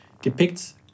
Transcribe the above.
depicts